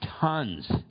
tons